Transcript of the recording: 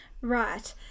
Right